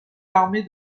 armée